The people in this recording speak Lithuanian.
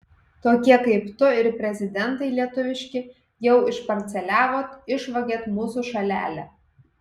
tokie kaip tu ir prezidentai lietuviški jau išparceliavot išvogėt mūsų šalelę